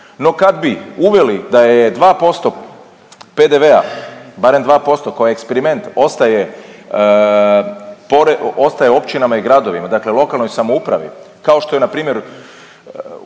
No kad bi uveli da je 2% PDV-a, barem 2% kao eksperiment ostaje općinama i gradovima, dakle lokalnoj samoupravi kao što je na primjer